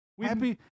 Happy